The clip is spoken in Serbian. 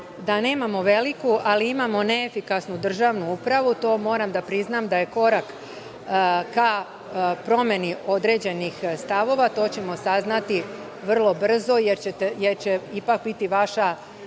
da nemamo veliku, ali imamo neefikasnu državnu upravu. To moram da priznam da je korak ka promeni određenih stavova. To ćemo saznati vrlo brzo, jer će ipak biti vaša